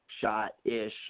shot-ish